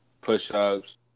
push-ups